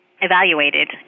evaluated